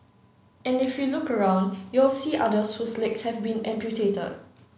and if you look around you'll see others whose legs have been amputated